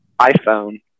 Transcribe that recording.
iPhone